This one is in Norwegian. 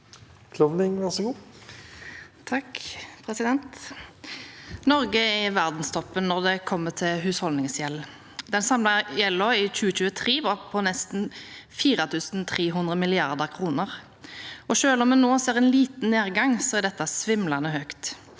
Norge er i ver- denstoppen når det gjelder husholdningsgjeld. Den samlede gjelden i 2023 var på nesten 4 300 mrd. kr. Selv om vi nå ser en liten nedgang, er dette svimlende høyt.